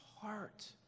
heart